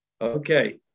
Okay